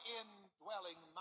indwelling